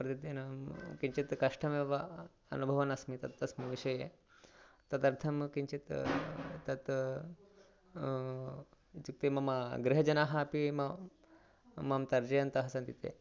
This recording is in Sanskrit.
प्रतिदिनं किञ्चित् कष्टमेव अनुभवन् अस्मि तत् तस्मिन् विषये तदर्थं किञ्चित् तत् इत्युक्ते मम गृहजनाः अपि मां मां तर्जयन्तः सन्ति ते